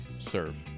Serve